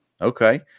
Okay